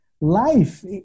life